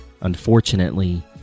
Unfortunately